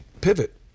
pivot